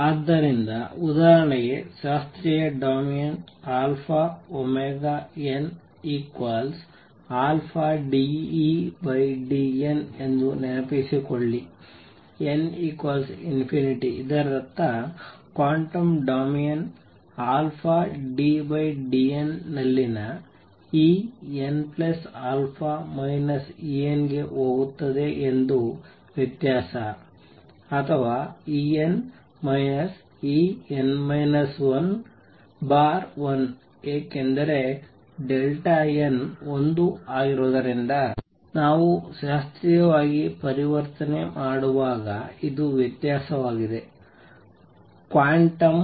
ಆದ್ದರಿಂದ ಉದಾಹರಣೆಗೆ ಶಾಸ್ತ್ರೀಯ ಡೊಮೇನ್ನಲ್ಲಿ αωnαdEdn ಎಂದು ನೆನಪಿಸಿಕೊಳ್ಳಿ n→ ∞ ಇದರರ್ಥ ಕ್ವಾಂಟಮ್ ಡೊಮೇನ್ αddn ನಲ್ಲಿನ Enα En ಗೆ ಹೋಗುತ್ತದೆ ಅದು ವ್ಯತ್ಯಾಸ ಅಥವಾ En En α1 ಏಕೆಂದರೆ n 1 ಆಗಿರುವುದರಿಂದ ನಾವು ಶಾಸ್ತ್ರೀಯದಿಂದ ಪರಿವರ್ತನೆ ಮಾಡುವಾಗ ಇದು ವ್ಯತ್ಯಾಸವಾಗಿದೆ ಕ್ವಾಂಟಮ್